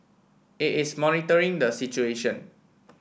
it is monitoring the situation